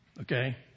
Okay